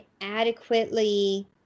adequately